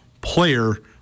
Player